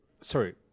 Sorry